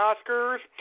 Oscars